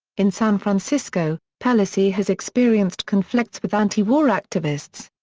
in san francisco, pelosi has experienced conflicts with anti-war activists.